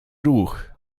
ruch